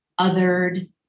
othered